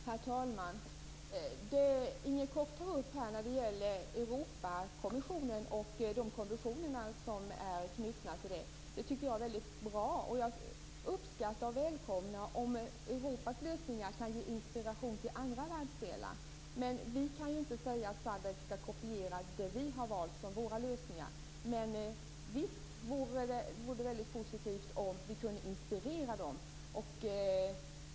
Herr talman! Inger Koch tar upp frågan om Europakommissionen och de konventioner som är knutna till den. Jag tycker att det är väldigt bra. Jag uppskattar och välkomnar om Europas lösningar kan ge inspiration till andra världsdelar. Vi kan inte säga att SADC skall kopiera det som vi har valt som våra lösningar. Men visst vore det väldigt positivt om vi kunde inspirera.